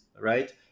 right